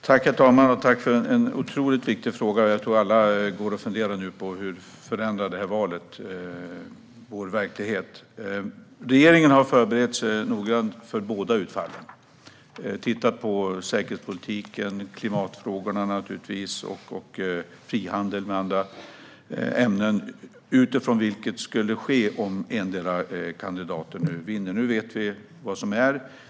Herr talman! Jag tackar för en otroligt viktig fråga. Jag tror att alla nu går och funderar på hur detta val förändrar vår verklighet. Regeringen har förberett sig noga för båda utfallen i valet. Vi har tittat på säkerhetspolitiken, klimatfrågorna naturligtvis, frihandel och andra ämnen och vad som skulle ske beroende på vilken kandidat som skulle vinna. Nu vet vi hur det gick.